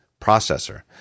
processor